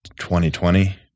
2020